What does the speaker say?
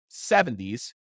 70s